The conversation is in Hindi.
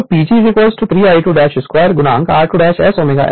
तो PG 3 I2 2 r2 S ω S होगा